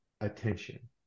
attention